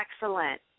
excellent